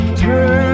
turn